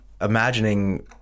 imagining